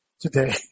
today